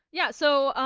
yeah. so,